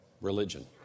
religion